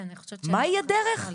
מהי הדרך?